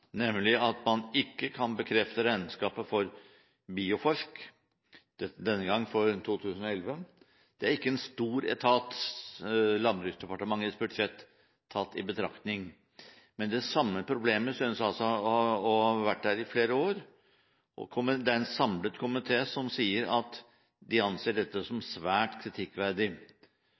nemlig at man ikke kan bekrefte regnskapet for Bioforsk – denne gang for 2011. Det er ikke en stor etat, Landbruksdepartementets budsjett tatt i betraktning, men det samme problemet synes altså å ha vært der i flere år. Det er en samlet komité som sier at de anser dette som svært kritikkverdig,